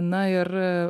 na ir